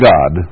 God